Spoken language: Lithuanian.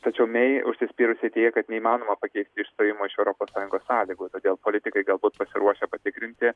tačiau mei užsispyrusiai teigia kad neįmanoma pakeisti išstojimo iš europos sąjungos sąlygų todėl politikai galbūt pasiruošę patikrinti